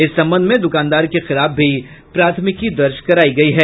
इस संबंध में दुकानदार के खिलाफ भी प्राथमिकी दर्ज करायी गयी है